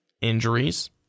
injuries